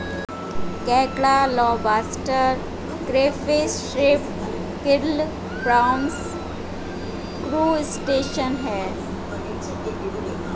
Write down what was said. केकड़ा lobster crayfish shrimp krill prawns crustacean है